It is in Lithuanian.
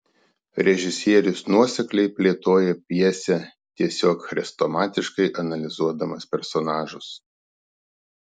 režisierius nuosekliai plėtoja pjesę tiesiog chrestomatiškai analizuodamas personažus